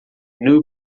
new